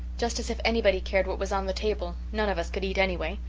just as if anybody cared what was on the table none of us could eat, anyway.